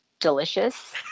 delicious